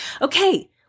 Okay